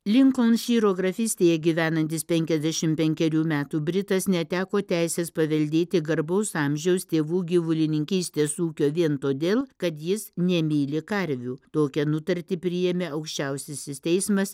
linkonšyro grafystėje gyvenantis penkiasdešimt penkeriųerių metų britas neteko teisės paveldėti garbaus amžiaus tėvų gyvulininkystės ūkio vien todėl kad jis nemyli karvių tokią nutartį priėmė aukščiausiasis teismas